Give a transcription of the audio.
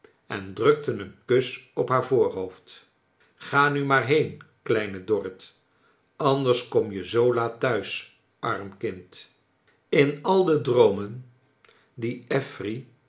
en drukte een kus op haar voorhoofd ga nu maar heen kleine dorrit anders kom je zoo laat thuis arm kind in al de droomen die affery